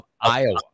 Iowa